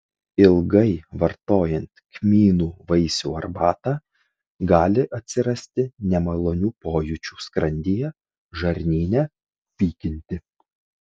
ilgai vartojant kmynų vaisių arbatą gali atsirasti nemalonių pojūčių skrandyje žarnyne pykinti